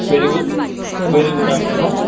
very good very good afternoon